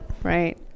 Right